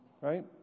right